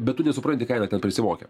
bet tu nesupranti ką jinai ten prisimokė